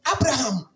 Abraham